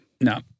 No